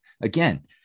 Again